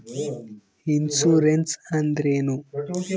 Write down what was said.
Insurance ಅಂದ್ರೇನು?